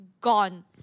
gone